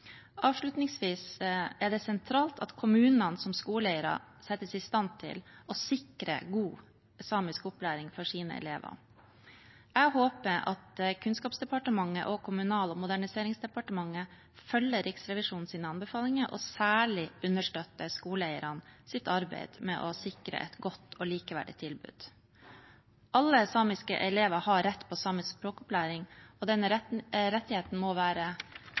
Det er sentralt at kommunene som skoleeiere settes i stand til å sikre god samisk opplæring for sine elever. Jeg håper at Kunnskapsdepartementet og Kommunal- og moderniseringsdepartementet følger Riksrevisjonens anbefalinger og særlig understøtter skoleeiernes arbeid med å sikre et godt og likeverdig tilbud. Alle samiske elever har rett på samisk språkopplæring, og denne rettigheten må være